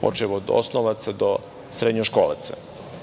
počev od osnovaca do srednjoškolaca. Da